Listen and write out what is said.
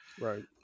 right